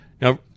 Now